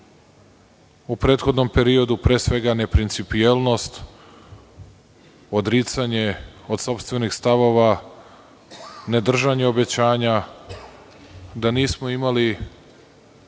u prethodnom periodu, pre svega neprincipijelnost, odricanje od sopstvenih stavova, ne držanje obećanja, da nismo imali